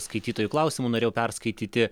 skaitytojų klausimų norėjau perskaityti